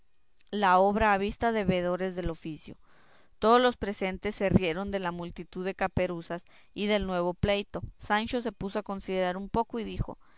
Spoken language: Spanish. la obra a vista de veedores del oficio todos los presentes se rieron de la multitud de las caperuzas y del nuevo pleito sancho se puso a considerar un poco y dijo